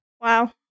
Wow